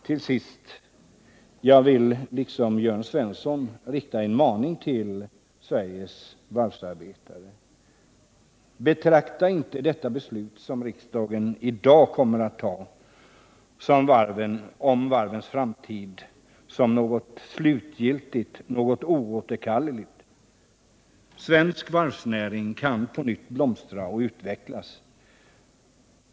Till sist vill jag liksom Jörn Svensson rikta en maning till Sveriges varvsarbetare: Betrakta inte det beslut som riksdagen i dag kommer att fatta om varvens framtid som något slutgiltigt, något oåterkalleligt! Svensk varvsnäring kan på nytt blomstra och utvecklas.